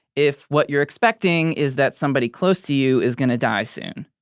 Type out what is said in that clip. if what you're expecting is that somebody close to you is going to die soon.